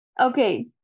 Okay